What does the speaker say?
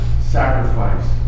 sacrifice